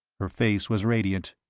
her face was radiant.